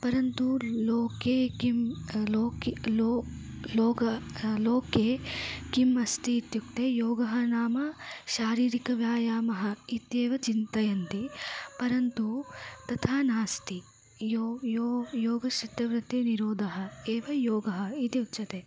परन्तु लोके किं लोक् लो लोके लोके किम् अस्ति इत्युक्ते योगः नाम शारीरिकः व्यायामः इत्येव चिन्तयन्ति परन्तु तथा नास्ति यो यो योगश्चित्तवृत्तिनिरोधः एव योगः इति उच्यते